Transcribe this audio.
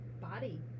body